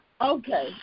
Okay